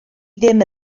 ddim